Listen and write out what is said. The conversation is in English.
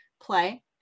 play